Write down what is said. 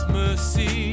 mercy